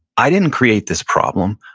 i didn't create this problem,